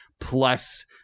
plus